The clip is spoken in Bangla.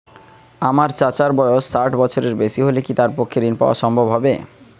আমার চাচার বয়স ষাট বছরের বেশি হলে কি তার পক্ষে ঋণ পাওয়া সম্ভব হবে?